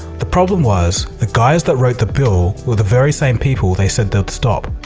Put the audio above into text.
the problem was the guys that wrote the bill were the very same people they said they'd stop.